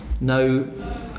no